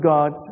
God